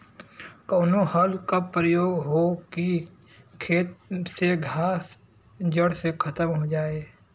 कवने हल क प्रयोग हो कि खेत से घास जड़ से खतम हो जाए?